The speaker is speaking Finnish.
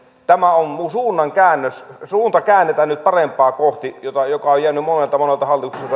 tämä on suunnan käännös suunta käännetään nyt parempaa kohti mikä on jäänyt monelta monelta hallitukselta